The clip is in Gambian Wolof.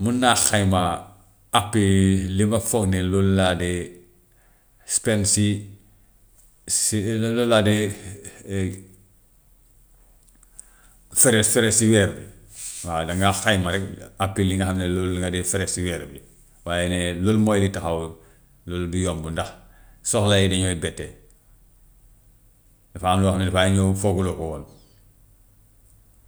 Mun naa xayma àppi li nga foog ne loolu laa dee spend si si loolu laa dee frais frais si weer bi, waaw dangaa xayma rek àppi li nga xam ne loolu nga dee frais si weer bi. Waaye ne loolu mooy li taxaw, loolu du yomb ndax soxla yi dañuy bette, dafa am loo xam ne dafay ñëw fooguloo ko woon,